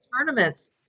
tournaments